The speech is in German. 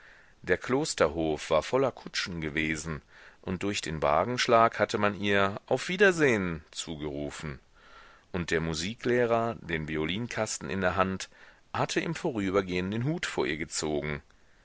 der klosterhof war voller kutschen gewesen und durch den wagenschlag hatte man ihr auf wiedersehn zugerufen und der musiklehrer den violinkasten in der hand hatte im vorübergehen den hut vor ihr gezogen